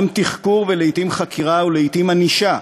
גם תחקור, ולעתים חקירה, ולעתים ענישה,